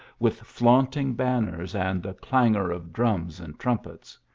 with flaunting banners and the clangour of drums and trumpets.